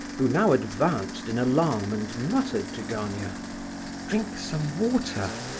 who now advanced in alarm and muttered to gania drink some water,